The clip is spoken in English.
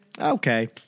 okay